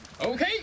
Okay